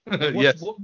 Yes